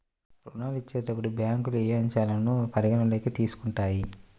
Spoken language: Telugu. ఋణాలు ఇచ్చేటప్పుడు బ్యాంకులు ఏ అంశాలను పరిగణలోకి తీసుకుంటాయి?